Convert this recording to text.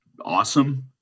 awesome